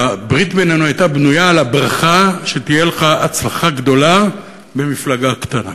הברית בינינו הייתה בנויה על הברכה "שתהיה לך הצלחה גדולה במפלגה קטנה".